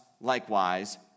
Likewise